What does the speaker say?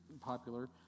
popular